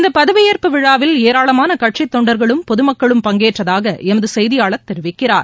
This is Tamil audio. இந்த பதவியேற்பு விழாவில் ஏராளமன கட்சித் தொண்டர்களும் பொதுமக்களும் பங்கேற்றதாக எமது செய்தியாளர் தெரிவிக்கிறார்